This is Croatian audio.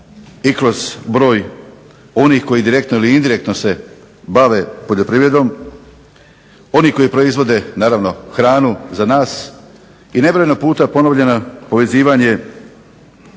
kroz broj onih koji indirektno ili direktno se bave poljoprivredom, oni koji naravno proizvode hranu za nas i nebrojeno puta ponovljeno povezivanje